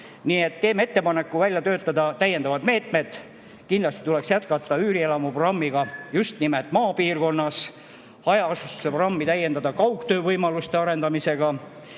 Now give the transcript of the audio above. Nii et teeme ettepaneku välja töötada täiendavad meetmed. Kindlasti tuleks jätkata üürielamuprogrammi, just nimelt maapiirkondades, ja hajaasustuse programmi täiendada kaugtöö võimaluste arendamisega.